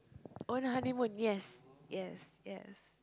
on a honeymoon yes yes yes